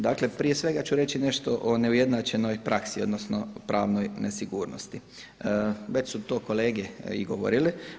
Dakle, prije svega ću reći nešto o neujednačenoj praksi odnosno pravnoj nesigurnosti, već su to kolege i govorile.